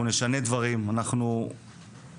אנחנו נשנה דברים, אנחנו ניאבק.